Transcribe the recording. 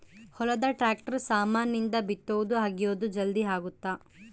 ಹೊಲದ ಟ್ರಾಕ್ಟರ್ ಸಾಮಾನ್ ಇಂದ ಬಿತ್ತೊದು ಅಗಿಯೋದು ಜಲ್ದೀ ಅಗುತ್ತ